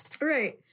right